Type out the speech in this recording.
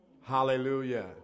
Hallelujah